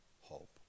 hope